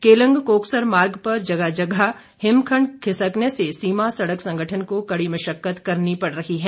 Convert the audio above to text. केलंग कोकसर मार्ग पर जगह जगह हिमखंड खिसकने से सीमा सड़क संगठन को कड़ी मशक्कत करनी पड़ रही है